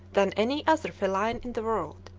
than any other feline in the world.